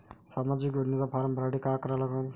सामाजिक योजनेचा फारम भरासाठी का करा लागन?